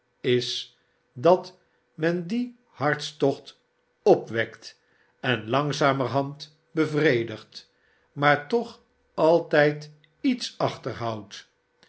is dat men dien hartstocht opwekt en langzamerhand bevredigt maar toch altijd iets achterhoudt